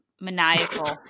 Maniacal